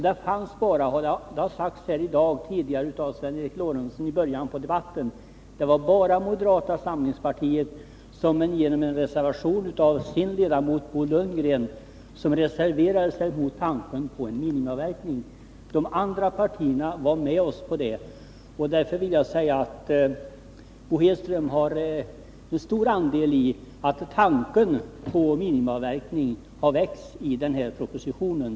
Det var bara moderata samlingspartiet — det har Sven Eric Lorentzon sagt redan i början av dagens debatt — som genom sin ledamot Bo Lundgren reserverade sig emot tanken på regler om minimiavverkning. De andra partierna var med på idén. Jag vill alltså framhålla att Bo Hedström har en stor andel i att förslaget om minimiavverkning har tagits upp i propositionen.